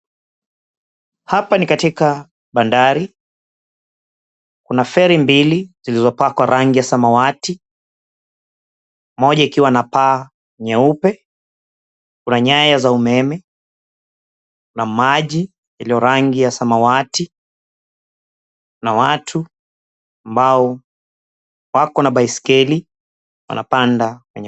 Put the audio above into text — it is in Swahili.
Hapa ni katika bandari. Kuna feri mbili zilizopakwa rangi ya samawati, moja ikiwa na paa nyeupe. Kuna nyaya za umeme. Kuna maji iliyo rangi ya samawati. Kuna watu ambao wakona baiskeli wanapanda kwenye.